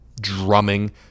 drumming